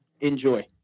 Enjoy